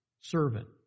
servant